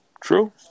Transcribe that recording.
True